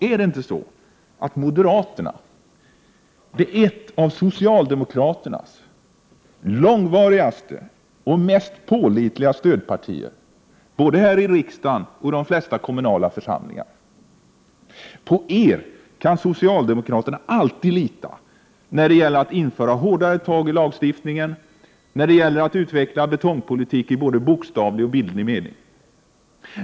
Är det inte så att moderaterna är ett av socialdemokraternas långvarigaste och mest pålitliga stödpartier, Carl Bildt, både här i riksdagen och i de flesta kommunala församlingar? På er moderater kan socialdemokraterna alltid lita när det gäller att införa hårdare tag i lagstiftningen och utveckla betongpolitik i både bokstavlig och bildlig mening.